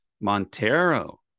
montero